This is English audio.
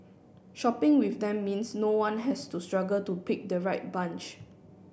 shopping with them means no one has to struggle to pick the right bunch